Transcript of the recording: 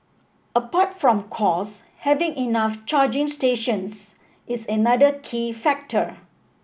apart from cost having enough charging stations is another key factor